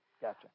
gotcha